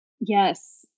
Yes